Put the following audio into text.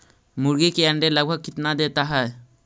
मुर्गी के अंडे लगभग कितना देता है?